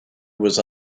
was